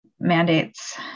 mandates